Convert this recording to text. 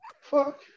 Fuck